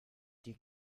die